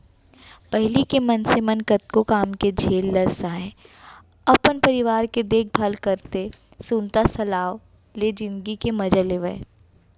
पहिली के मनसे मन कतको काम के झेल ल सहयँ, अपन परिवार के देखभाल करतए सुनता सलाव ले जिनगी के मजा लेवयँ